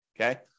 okay